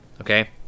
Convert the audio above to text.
okay